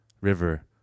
river